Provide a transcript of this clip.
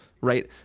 right